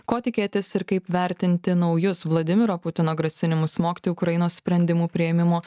ko tikėtis ir kaip vertinti naujus vladimiro putino grasinimus smogti ukrainos sprendimų priėmimo